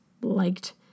liked